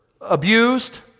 abused